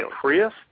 Prius